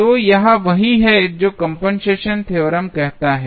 तो यह वही है जो कंपनसेशन थ्योरम कहता है